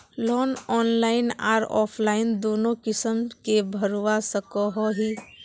Loan online आर offline दोनों किसम के भरवा सकोहो ही?